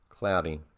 Cloudy